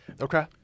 Okay